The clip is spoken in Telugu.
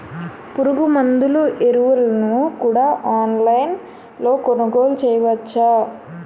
పురుగుమందులు ఎరువులను కూడా ఆన్లైన్ లొ కొనుగోలు చేయవచ్చా?